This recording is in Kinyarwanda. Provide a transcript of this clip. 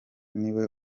niwe